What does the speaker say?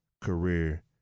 career